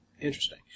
Interesting